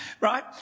right